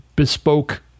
bespoke